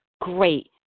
Great